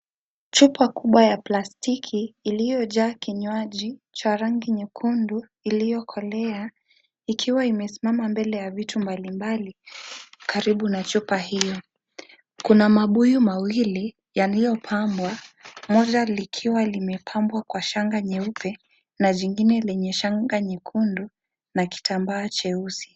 Chupa kubwa ya plastiki iliyojaa kinywaji cha rangi nyekundu iliyokolea, ikiwa imesimama mbele ya vitu mbali mbali karibu na chupa hiyo. Kuna mabuyu mawili yaliyopambwa moja likiwa limepambwa kwa shanga nyeupe na jingine lenye shanga nyekundu na kitambaa cheusi.